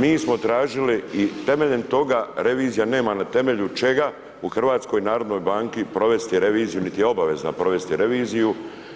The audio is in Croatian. Mi smo tražili i temeljem toga revizija nema na temelju čega u HNB-u provesti reviziju niti je obavezna provesti reviziju